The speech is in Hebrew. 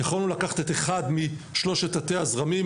יכולנו לקחת את אחד משלושת תתי הזרמים,